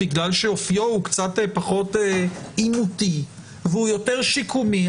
בגלל שאופיו הוא קצת פחות עימותי והוא יותר שיקומי,